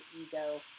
ego